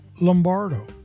Lombardo